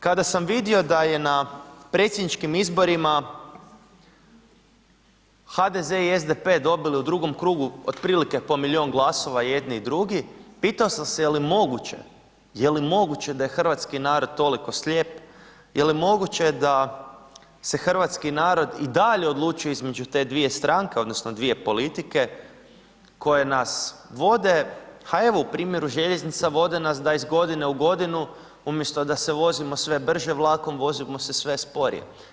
Kada sam vidio da je na predsjedničkim izborima HDZ i SDP dobili u drugom krugu otprilike po milijun glasova i jedni i drugi, pitao sam se je li moguće, je li moguće da je hrvatski narod toliko slijep, je li moguće da se hrvatski narod i dalje odlučuje između te dvije stranke, odnosno dvije politike koje nas vode, ha evo, u primjeru željeznica vode nas da iz godine u godinu, umjesto da se vozimo sve brže vlakom, vozimo se sve sporije.